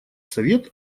совет